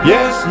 Yes